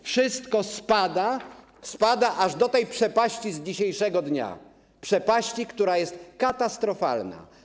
Wszystko spada, spada aż do tej przepaści z dzisiejszego dnia, przepaści, która jest katastrofalna.